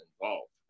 involved